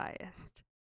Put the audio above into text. biased